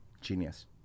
Genius